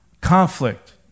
conflict